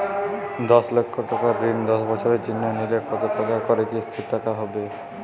দশ লক্ষ টাকার ঋণ দশ বছরের জন্য নিলে কতো টাকা করে কিস্তির টাকা হবে?